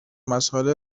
مسائل